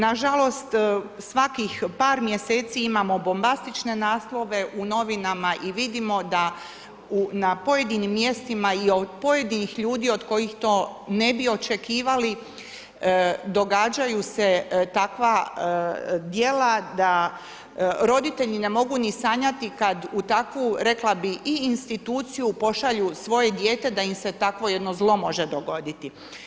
Nažalost, svakih par mjeseci imamo bombastične naslove u novinama i vidimo da na pojedinim mjestima i od pojedinih ljudi od kojih to ne bi očekivali, događaju se takva djela da roditelji ne mogu ni sanjati kad u takvu rekla bih, i instituciju pošalju svoje dijete da im se takvo jedno zlo može dogoditi.